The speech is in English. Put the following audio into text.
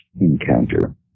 encounter